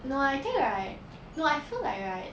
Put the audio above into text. no I think right no I feel like right